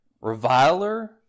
reviler